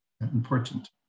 important